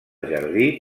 jardí